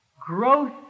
growth